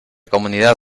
comunidad